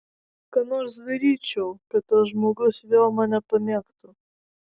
ką nors daryčiau kad tas žmogus vėl mane pamėgtų